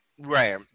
Right